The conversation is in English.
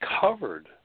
covered